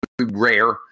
rare